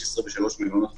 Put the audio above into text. יש 23 מלונות חולים,